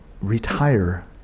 retire